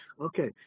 Okay